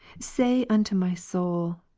say unto my soul,